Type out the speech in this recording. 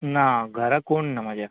ना घरा कोण ना म्हाज्या